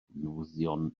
newyddion